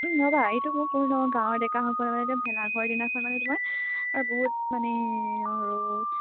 ৰ'বা এইটো মই কৈ লওঁ গাঁৱৰ ডেকাসকলে মানে এতিয়া ভেলাঘৰ দিনাখন মানে তোমাৰ আৰু বহুত মানে আৰু